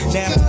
Now